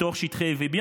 בתוך שטחי A ו-B,